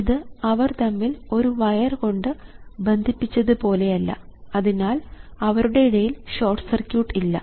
ഇത് അവർ തമ്മിൽ ഒരു വയർ കൊണ്ട് ബന്ധിപ്പിച്ചത് പോലെയല്ല അതിനാൽ അവരുടെ ഇടയിൽ ഷോർട്ട് സർക്യൂട്ട് ഇല്ല